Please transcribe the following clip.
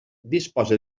disposa